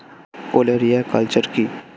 ওলেরিয়া কালচার কি?